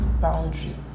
boundaries